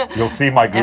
ah you'll see my